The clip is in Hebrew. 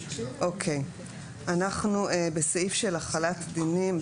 אנחנו בסעיף של החלת דינים.